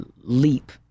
leap